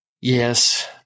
Yes